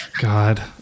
God